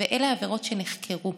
ואלה עברות שנחקרו,